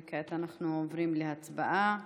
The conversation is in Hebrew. כעת, אנחנו עוברים להצבעה.